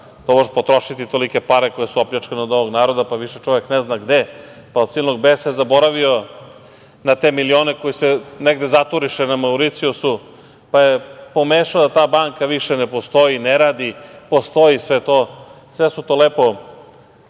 tobože potrošiti tolike pare koje su opljačkane od ovog naroda, pa više čovek ne zna gde, pa od silnog besa je zaboravio na te milione koji se negde zaturiše na Mauricijusu, pa je pomešao da ta banka više ne postoji, ne radi. Postoji sve to. Sve su to lepo